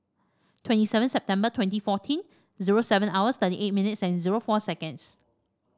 twenty seven September twenty fourteen zero seven hours thirty eight minutes and zero four seconds